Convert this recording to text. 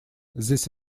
this